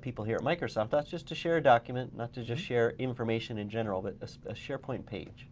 people here at microsoft? not just to share a document. not to just share information in general, but a sharepoint page?